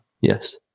Yes